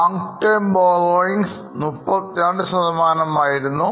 long term borrowings 32 ശതമാനം ആയിരുന്നു